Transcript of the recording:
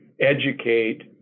educate